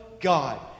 God